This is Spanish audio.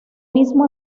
mismo